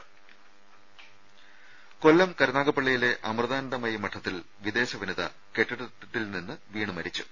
രുദ കൊല്ലം കരുനാഗപ്പള്ളിയിലെ അമൃതാനന്ദമയി മഠത്തിൽ വിദേശവനിത കെട്ടിടത്തിൽ നിന്ന് വീണ് മരിച്ചു